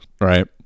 right